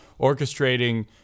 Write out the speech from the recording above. orchestrating